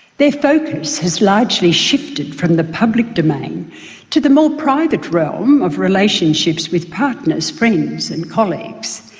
their focus has largely shifted from the public domain to the more private realm of relationships with partners, friends and colleagues.